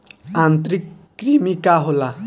आंतरिक कृमि का होला?